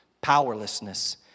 powerlessness